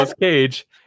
Cage